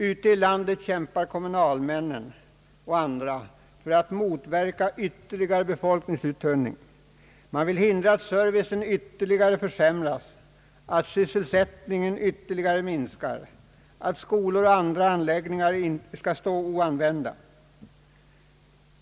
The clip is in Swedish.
Ute i landet kämpar kommunalmän och andra för att motverka ytterligare befolkningsuttunning. Man vill hindra att servicen ytterligare försämras, att sysselsättningen ytterligare minskar, att skolor och andra anläggningar skall stå oanvända.